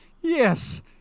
yes